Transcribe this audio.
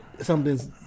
something's